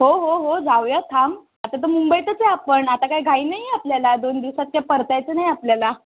हो हो हो जाऊयात थांब आता तर मुंबईतच आहे आपण आता काय घाई नाही आहे आपल्याला दोन दिवसात काय परतायचं नाही आपल्याला